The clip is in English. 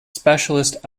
specialist